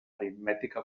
aritmètica